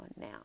now